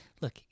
Look